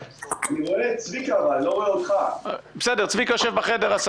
אני עובר רגע לשקף 3